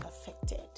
affected